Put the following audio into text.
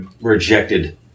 rejected